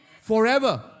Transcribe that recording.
forever